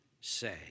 say